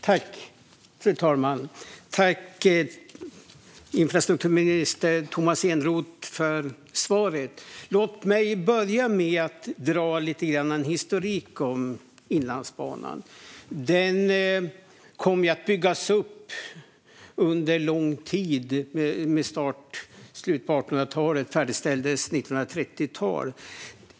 Fru talman! Jag tackar infrastrukturminister Tomas Eneroth för svaret. Låt mig börja med att dra en liten historik om Inlandsbanan. Den kom att byggas upp under lång tid med start i slutet av 1800-talet. Den färdigställdes på 1930-talet.